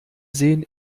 sehen